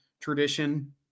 tradition